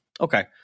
Okay